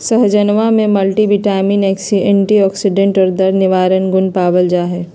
सहजनवा में multivitamins antioxidant और दर्द निवारक गुण पावल जाहई